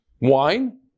wine